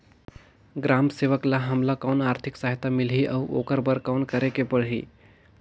ग्राम सेवक ल हमला कौन आरथिक सहायता मिलही अउ ओकर बर कौन करे के परही?